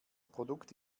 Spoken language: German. produkt